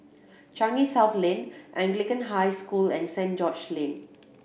Changi South Lane Anglican High School and Saint George Lane